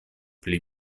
pli